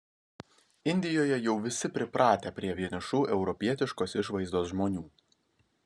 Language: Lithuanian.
indijoje jau visi pripratę prie vienišų europietiškos išvaizdos žmonių